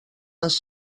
les